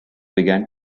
began